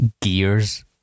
gears